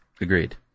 Agreed